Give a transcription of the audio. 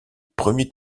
premiers